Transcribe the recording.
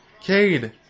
Cade